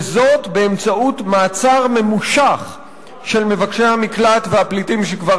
וזאת באמצעות מעצר ממושך של מבקשי המקלט והפליטים שכבר